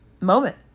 moment